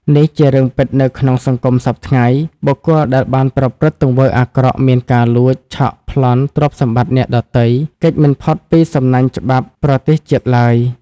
នេះជារឿងពិតនៅក្នុងសង្គមសព្វថ្ងៃ បុគ្គលដែលបានប្រព្រឹត្តទង្វើអាក្រក់មានការលួច ឆក់ប្លន់ទ្រព្យសម្បត្តិអ្នកដទៃ គេចមិនផុតពីសំណាញ់ច្បាប់ប្រទេសជាតិឡើយ។